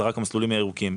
זה רק המסלולים הירוקים.